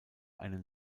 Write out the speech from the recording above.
einen